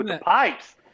pipes